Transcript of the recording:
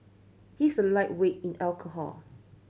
he's a lightweight in alcohol